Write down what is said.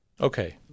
Okay